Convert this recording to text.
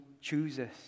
chooses